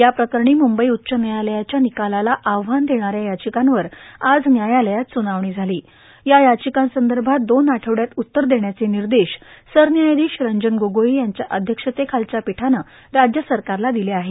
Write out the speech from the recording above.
याप्रकारणी मुंबई उच्च न्यायालयाच्या निकालाला आव्हान देणाऱ्या याचिकांवर आज न्यायालयात सुनावणी झाली या याचिकांसंदर्भात दोन आठवड्यात उत्तर देण्याचे निर्देश सरन्यायाधीश रंजन गोगोई यांच्या अध्यक्षतेखालच्या पीठानं राज्यसरकारला दिले आहेत